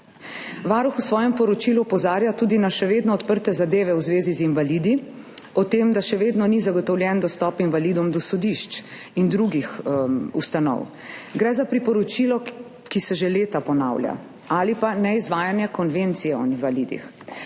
Varuh v svojem poročilu opozarja tudi na še vedno odprte zadeve v zvezi z invalidi, o tem, da še vedno ni zagotovljen dostop invalidom do sodišč in drugih ustanov. Gre za priporočilo, ki se že leta ponavlja. Ali pa neizvajanje konvencije o invalidih.